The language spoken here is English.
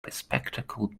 bespectacled